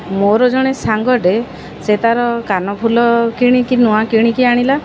ମୋର ଜଣେ ସାଙ୍ଗଟେ ସେ ତା'ର କାନଫୁଲ କିଣିକି ନୂଆ କିଣିକି ଆଣିଲା